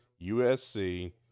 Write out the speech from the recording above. USC